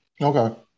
Okay